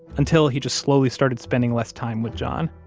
until he just slowly started spending less time with john,